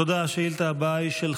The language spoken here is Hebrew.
תודה רבה.